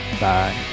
bye